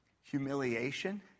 humiliation